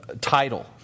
title